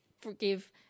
forgive